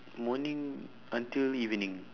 morning until evening